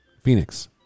Phoenix